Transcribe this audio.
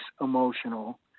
emotional